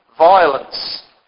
violence